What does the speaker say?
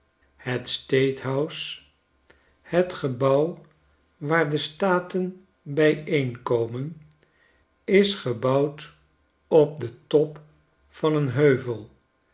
het state house het gebouw waar de staten bijeenkomen isgebouwd op den top van een heuvel